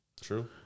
True